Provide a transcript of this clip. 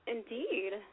Indeed